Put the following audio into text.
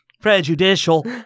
prejudicial